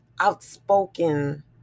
outspoken